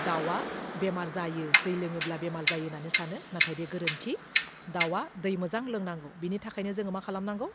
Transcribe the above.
दाउवा बेमार जायो दै लोङोब्ला बेमार जायो होन्नानै सानो नाथाय बियो गोरोन्थि दाउवा दै मोजां लोंनांगौ बेनि थाखायनो जोङो मा खालामनांगौ